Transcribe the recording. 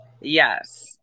Yes